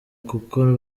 kuko